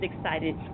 excited